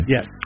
Yes